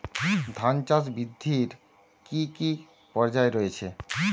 ধান চাষ বৃদ্ধির কী কী পর্যায় রয়েছে?